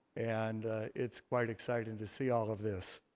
and it's quite exciting to see all of this.